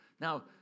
Now